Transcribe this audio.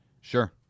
Sure